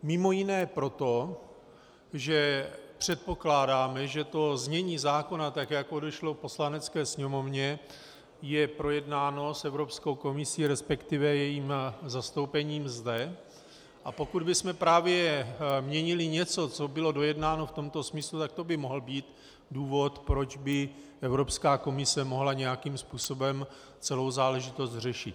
Mimo jiné proto, že předpokládáme, že to znění zákona, tak jak odešlo Poslanecké sněmovně, je projednáno s Evropskou komisí, resp. jejím zastoupením zde, a pokud bychom právě měnili něco, co bylo dojednáno v tomto smyslu, tak to by mohl být důvod, proč by Evropská komise mohla nějakým způsobem celou záležitost řešit.